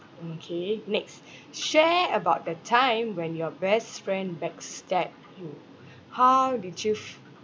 mm okay next share about the time when your best friend back stab you how did you